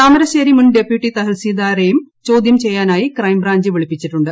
താമരശ്ശേരി മുൻ ഡെപ്യൂട്ടി തഹസീൽദാറേയും ചോദ്യം ചെയ്യാനായി ക്രൈംബ്രാഞ്ച് വിളിപ്പിച്ചിട്ടുണ്ട്